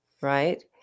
right